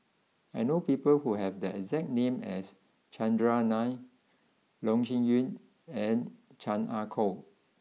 I know people who have the exact name as Chandran Nair Loh Sin Yun and Chan Ah Kow